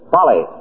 Polly